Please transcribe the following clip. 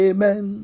Amen